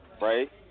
right